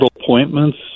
appointments